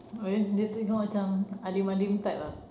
habis dia tengok macam alim-alim type tak